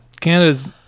Canada's